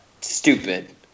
stupid